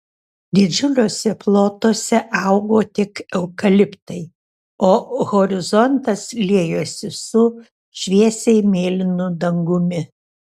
didžiuliuose plotuose augo tik eukaliptai o horizontas liejosi su šviesiai mėlynu dangumi